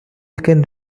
can